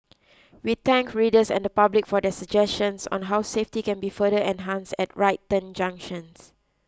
we thank readers and the public for their suggestions on how safety can be further enhance at right turn junctions